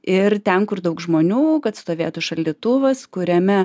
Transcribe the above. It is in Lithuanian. ir ten kur daug žmonių kad stovėtų šaldytuvas kuriame